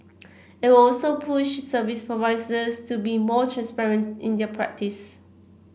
it will also push service providers to be more transparent in their practices